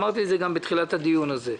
אמרתי את זה גם בתחילת הדיון הזה.